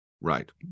Right